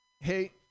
Hey